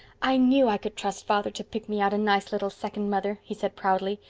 i knew i could trust father to pick me out a nice little second mother, he said proudly.